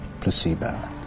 placebo